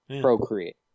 Procreate